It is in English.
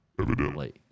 Evidently